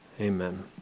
Amen